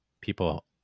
people